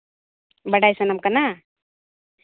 ᱵᱟᱲᱟᱭ ᱥᱟᱱᱟᱢ ᱠᱟᱱᱟ